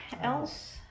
else